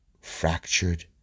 fractured